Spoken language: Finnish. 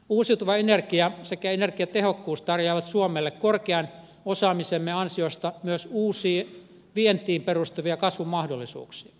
uusiutuva energia sekä energiatehokkuus tarjoavat suomelle korkean osaamisemme ansiosta myös uusia vientiin perustuvia kasvumahdollisuuksia